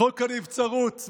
חוק הנבצרות.